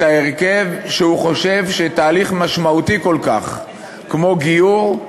בתהליך משמעותי כל כך כמו גיור,